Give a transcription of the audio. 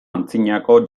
antzinako